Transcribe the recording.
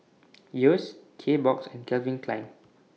Yeo's Kbox and Calvin Klein